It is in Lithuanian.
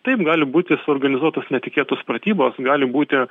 taip gali būti suorganizuotos netikėtos pratybos gali būti